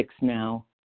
now